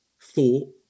thought